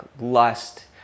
lust